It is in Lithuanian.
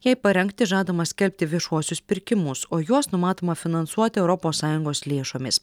jai parengti žadama skelbti viešuosius pirkimus o juos numatoma finansuoti europos sąjungos lėšomis